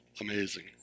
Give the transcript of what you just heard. amazing